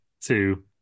two